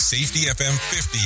SafetyFM50